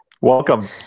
welcome